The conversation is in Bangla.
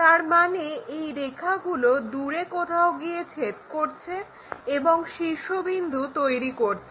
তার মানে এই রেখাগুলো দূরে কোথাও গিয়ে ছেদ করছে এবং শীর্ষবিন্দু তৈরি করছে